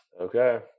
Okay